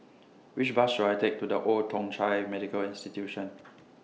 Which Bus should I Take to The Old Thong Chai Medical Institution